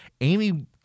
Amy